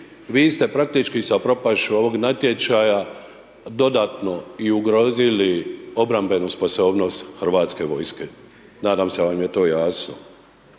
vi ste praktički sa propašću ovog natječaja dodatno i ugrozili obrambenu sposobnost Hrvatske vojske. Nadam se da vam je to jasno.